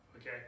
okay